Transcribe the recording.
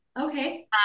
Okay